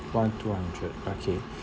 one two hundred okay